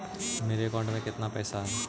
मेरे अकाउंट में केतना पैसा है?